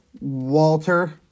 Walter